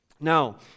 now